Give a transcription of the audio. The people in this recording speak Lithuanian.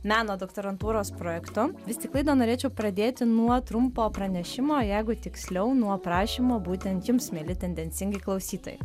meno doktorantūros projektu vis tik laidą norėčiau pradėti nuo trumpo pranešimo jeigu tiksliau nuo prašymo būtent jums mieli tendencingai klausytojai